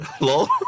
Lol